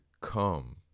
come